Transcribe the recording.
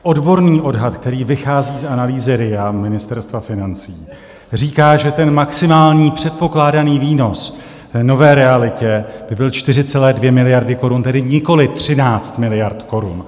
Odborný odhad, který vychází z analýzy RIA Ministerstva financí, říká, že maximální předpokládaný výnos v nové realitě by byl 4,2 miliardy korun, tedy nikoliv 13 miliard korun.